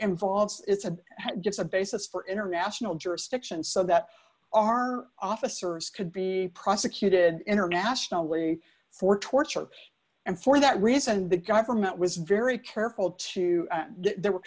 involved it's a gives a basis for international jurisdiction so that our officers could be prosecuted internationally for torture and for that reason the government was very careful to they were